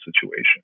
situation